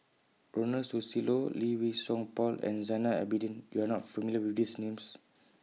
Ronald Susilo Lee Wei Song Paul and Zainal Abidin YOU Are not familiar with These Names